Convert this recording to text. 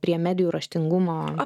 prie medijų raštingumo